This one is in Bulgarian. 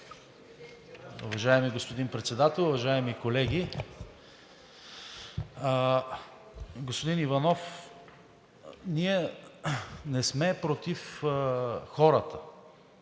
Уважаеми господин Председател, уважаеми колеги! Господин Иванов, ние не сме против хората,